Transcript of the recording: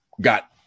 got